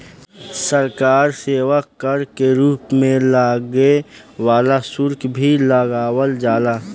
सरकार सेवा कर के रूप में लागे वाला शुल्क भी लगावल जाला